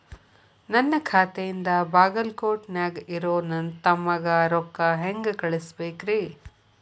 ನನ್ನ ಖಾತೆಯಿಂದ ಬಾಗಲ್ಕೋಟ್ ನ್ಯಾಗ್ ಇರೋ ನನ್ನ ತಮ್ಮಗ ರೊಕ್ಕ ಹೆಂಗ್ ಕಳಸಬೇಕ್ರಿ?